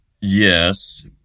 Yes